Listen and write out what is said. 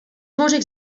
músics